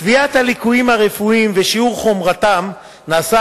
קביעת הליקויים הרפואיים ושיעור חומרתם נעשית